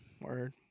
Word